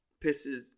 pisses